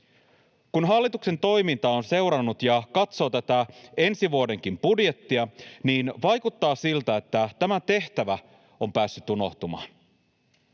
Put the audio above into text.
Kun hallituksen toimintaa on seurannut ja katsoo tätä ensi vuodenkin budjettia, niin vaikuttaa siltä, että tämä tehtävä on päässyt unohtumaan.